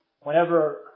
Whenever